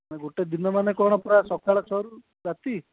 ନା ଗୋଟେ ଦିନ ମାନେ କ'ଣ ପୁରା ସକାଳ ଛଅ ରୁ ରାତି